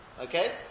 Okay